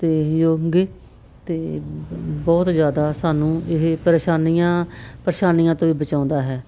ਅਤੇ ਯੋਗੇ ਅਤੇ ਬਹੁਤ ਜ਼ਿਆਦਾ ਸਾਨੂੰ ਇਹ ਪਰੇਸ਼ਾਨੀਆਂ ਪਰੇਸ਼ਾਨੀਆਂ ਤੋਂ ਵੀ ਬਚਾਉਂਦਾ ਹੈ